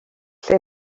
lle